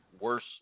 Worse